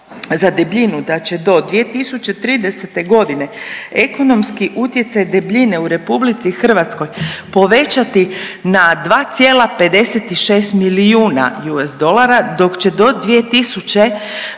za debljinu da će do 2030.g. ekonomski utjecaj debljine u RH povećati na 2,56 milijuna USD dok će do 2060.g.